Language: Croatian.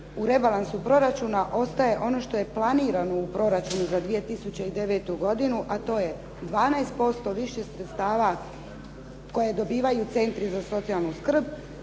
U rebalansu proračuna ostaje ono što je planirano u proračunu za 2009. godinu, a to je 12% više sredstava koje dobivaju centri za socijalnu skrb